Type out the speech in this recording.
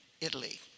Italy